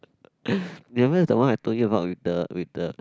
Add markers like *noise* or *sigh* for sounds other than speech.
*noise* you remember is the one I told you about with the with the